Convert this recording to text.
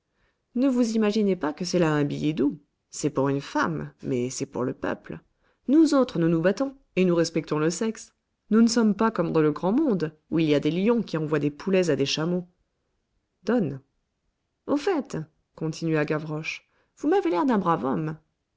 ne vous imaginez pas que c'est là un billet doux c'est pour une femme mais c'est pour le peuple nous autres nous nous battons et nous respectons le sexe nous ne sommes pas comme dans le grand monde où il y a des lions qui envoient des poulets à des chameaux donne au fait continua gavroche vous m'avez l'air d'un brave homme